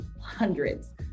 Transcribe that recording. hundreds